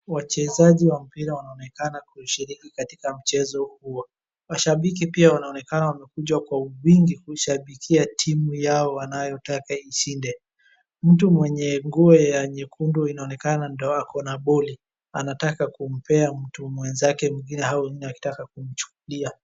Wachezaji wa mpira wanaonekana kushiriki katika mchezo huo. Washabiki pia wanaonekana wamekuja kwa wingi kushabikia timu yao wanayotaka ishinde. Mtu mwenye nguo ya nyekundu inaonekana ndo ako na balli, anataka kumpea mtu mwenzake mwingine hao wengine wakitaka kumchukulia.